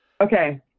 Okay